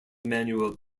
manual